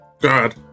God